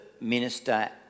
minister